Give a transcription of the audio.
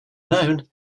known